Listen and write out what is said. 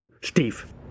Steve